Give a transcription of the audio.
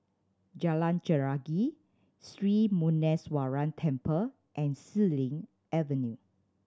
Jalan Chelagi Sri Muneeswaran Temple and Xilin Avenue